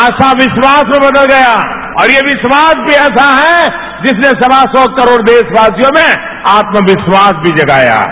आशा विश्वास में बदल गया और यह विश्वास भी ऐसा है जिसने सवा सौ करोड़ देशवासियों में आत्मविश्वास भी जगाया है